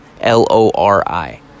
L-O-R-I